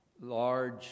Large